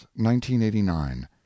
1989